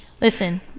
Listen